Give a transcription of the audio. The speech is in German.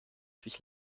sich